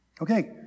Okay